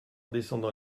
descendant